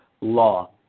law